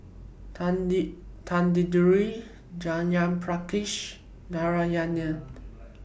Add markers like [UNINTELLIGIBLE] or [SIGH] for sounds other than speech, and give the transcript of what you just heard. [UNINTELLIGIBLE] Tanguturi Jayaprakash Narayana